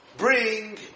Bring